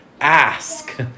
ask